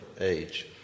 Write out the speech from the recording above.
age